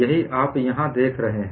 यही आप यहाँ देख रहे हैं